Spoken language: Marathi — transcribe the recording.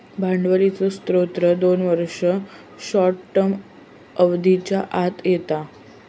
भांडवलीचे स्त्रोत दोन वर्ष, शॉर्ट टर्म अवधीच्या आत येता